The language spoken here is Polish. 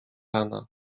rana